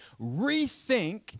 rethink